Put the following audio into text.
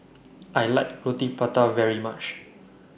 I like Roti Prata very much